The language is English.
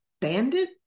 bandit